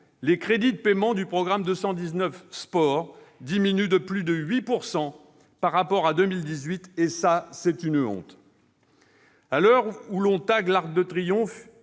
les crédits de paiement du programme 219, « Sport » diminuent clairement de plus de 8 % par rapport à 2018. C'est une honte ! À l'heure où l'on tague l'Arc de Triomphe,